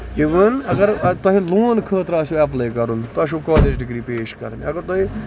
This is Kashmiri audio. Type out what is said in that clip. اِوٕن اَگر تۄہہِ لون خٲطرٕ آسیو ایپلاے کَرُن تۄہہِ چھو کالیج ڈگری پیش کرٕنۍ اَگر تۄہہِ